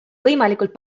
võimalikult